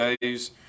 days